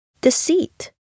Deceit